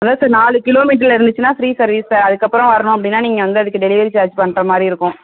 அதன் சார் நாலு கிலோமீட்டரில் இருந்துச்சுன்னா ஃப்ரீ சர்வீஸ் சார் அதற்கப்புறம் வரணும் அப்படின்னா நீங்கள் வந்து அதற்கு டெலிவரி சார்ஜ் பண்ணுற மாதிரி இருக்கும்